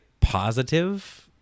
positive